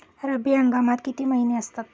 रब्बी हंगामात किती महिने असतात?